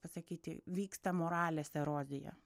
pasakyti vyksta moralės erozija